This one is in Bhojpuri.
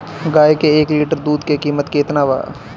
गाय के एक लीटर दूध के कीमत केतना बा?